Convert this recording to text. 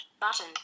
button